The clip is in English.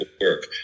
work